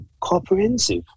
Comprehensive